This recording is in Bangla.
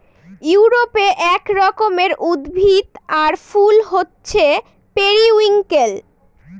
ইউরোপে এক রকমের উদ্ভিদ আর ফুল হছে পেরিউইঙ্কেল